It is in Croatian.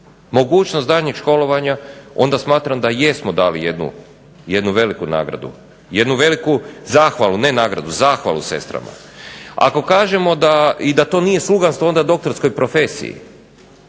mogućnost daljnjeg školovanja onda smatram da jesmo dali jednu veliku nagradu, jednu veliku zahvalu ne nagradu, zahvalu sestrama. Ako kažemo da i to nije sluganstvo onda doktorskoj profesiji.